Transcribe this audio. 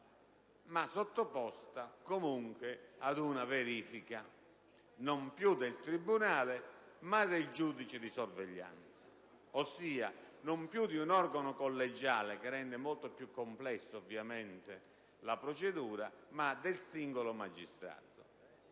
sottoposta ad una verifica, non più del tribunale, ma del giudice di sorveglianza, ossia non più di un organo collegiale (che rende molto più complessa ovviamente la procedura) ma del singolo magistrato.